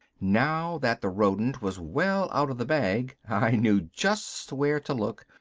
now that the rodent was well out of the bag i knew just where to look,